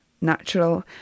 natural